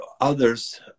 others